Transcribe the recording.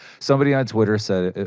somebody on twitter said ah,